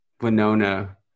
Winona